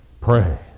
Pray